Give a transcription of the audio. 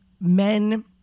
men